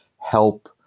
help